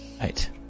right